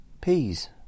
Peas